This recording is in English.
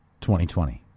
2020